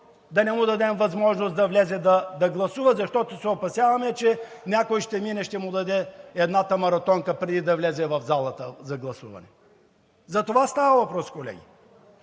да не му дадем възможност да влезе да гласува, защото се опасяваме, че някой ще мине, ще му даде едната маратонка, преди да влезе в залата за гласуване. Затова става въпрос, колеги.